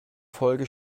folge